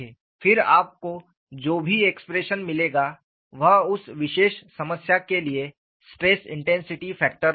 फिर आपको जो भी एक्सप्रेशन मिलेगा वह उस विशेष समस्या के लिए स्ट्रेस इंटेंसिटी फैक्टर होगा